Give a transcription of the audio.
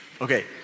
Okay